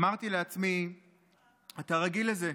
אמרתי לעצמי "אתה רגיל לזה",